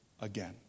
again